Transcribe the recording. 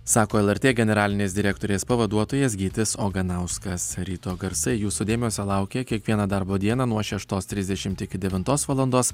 sako lrt generalinės direktorės pavaduotojas gytis oganauskas ryto garsai jūsų dėmesio laukia kiekvieną darbo dieną nuo šeštos trisdešimt iki devintos valandos